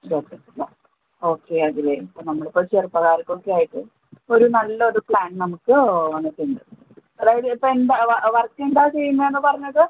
അത് ഓക്കേ ആ ഓക്കേ അഖിലെ ഇപ്പം നമ്മളിപ്പം ചെറുപ്പക്കാർക്കൊക്കെ ആയിട്ട് ഒര് നല്ലൊരു പ്ലാൻ നമുക്ക് വന്നിട്ടുണ്ട് അതായത് ഇപ്പം എന്താ വർക്ക് എന്താ ചെയ്യുന്നതെന്ന് പറഞ്ഞത്